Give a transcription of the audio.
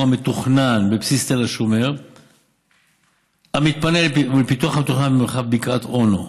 המתוכנן בבסיס תל השומר המתפנה ולפיתוח המתוכנן במרחב בקעת אונו.